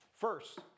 First